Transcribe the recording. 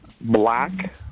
Black